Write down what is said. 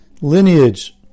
lineage